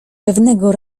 pewnego